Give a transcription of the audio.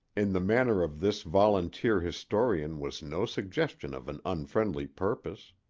in the manner of this volunteer historian was no suggestion of an unfriendly purpose.